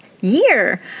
year